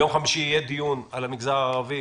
ביום חמישי יהיה דיון על המגזר הערבי